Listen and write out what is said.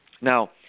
Now